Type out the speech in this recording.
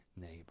neighbor